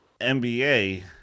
NBA